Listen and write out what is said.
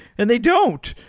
and they don't,